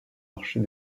marchés